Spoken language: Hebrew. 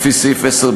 לפי סעיף 10(ב),